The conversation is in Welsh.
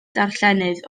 darllenydd